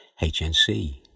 HNC